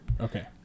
Okay